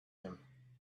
him